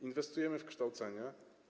Inwestujemy w kształcenie.